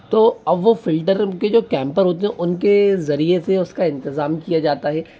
तो अब वो फ़िल्टर के जो कैंपर होते हैं उनके ज़रिए से उसका इंतजाम किया जाता है